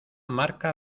marca